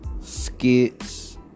skits